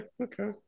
okay